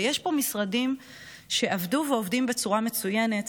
ויש פה משרדים שעבדו ועובדים בצורה מצוינת.